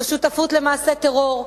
זו שותפות למעשה טרור,